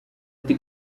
ati